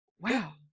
wow